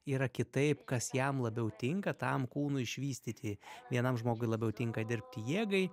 yra kitaip kas jam labiau tinka tam kūnui išvystyti vienam žmogui labiau tinka dirbti jėgai